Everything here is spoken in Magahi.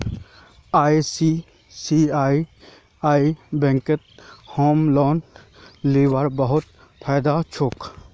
आई.सी.आई.सी.आई बैंकत होम लोन लीबार बहुत फायदा छोक